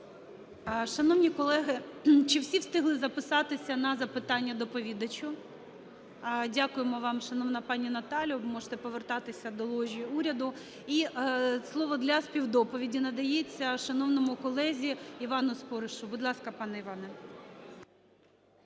Шановні колеги, чи всі встигли записатися на запитання доповідачу? Дякуємо вам, шановна пані Наталю. Ви можете повертатися до ложі уряду. І слово для співдоповіді надається шановному колезі Івану Споришу. Будь ласка, пане Іване.